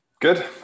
Good